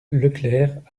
leclerc